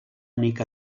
únic